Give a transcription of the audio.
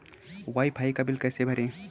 Wi fi का bill कैसे भरें?